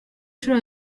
shuri